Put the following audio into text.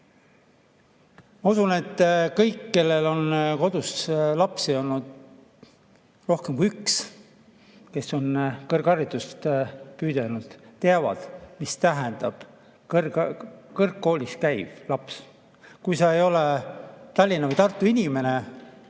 Ma usun, et kõik, kellel on kodus lapsi olnud rohkem kui üks, kes on kõrgharidust püüelnud, teavad, mida tähendab kõrgkoolis käiv laps, kui sa ei ole Tallinna ega Tartu inimene